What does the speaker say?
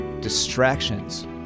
distractions